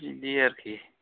बिदि आरखि